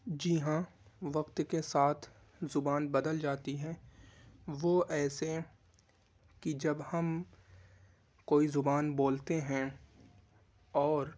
جی ہاں وقت کے ساتھ زبان بدل جاتی ہے وہ ایسے کہ جب ہم کوئی زبان بولتے ہیں اور